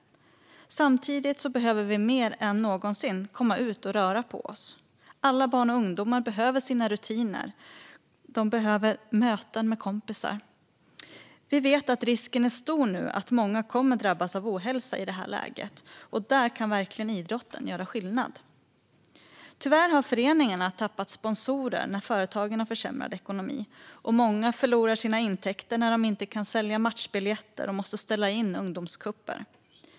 Samtidigt behöver vi mer än någonsin komma ut och röra på oss. Alla barn och ungdomar behöver sina rutiner och möten med kompisar. Vi vet att risken nu är stor att många kommer att drabbas av ohälsa i det här läget, och där kan verkligen idrotten göra skillnad. Tyvärr har föreningarna tappat sponsorer när företagen har försämrad ekonomi, och många förlorar sina intäkter när de inte kan sälja matchbiljetter och måste ställa in ungdomscuper.